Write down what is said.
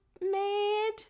made